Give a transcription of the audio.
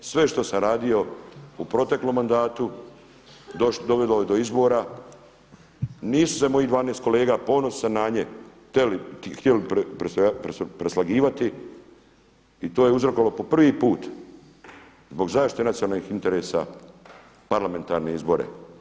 Sve što sam radio u proteklom mandatu dovelo je do izbora, nisu se mojih 12 kolega, ponosan sam na njih, htjeli preslagivati i to je uzrokovalo po prvi put zbog zaštite nacionalnih interesa parlamentarne izbore.